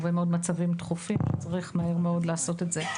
הרבה מאוד מצבים דחופים שצריך מהר מאוד לעשות את זה.